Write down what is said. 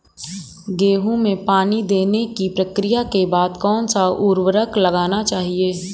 गेहूँ में पानी देने की प्रक्रिया के बाद कौन सा उर्वरक लगाना चाहिए?